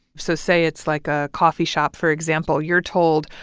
so say it's, like, a coffee shop, for example. you're told,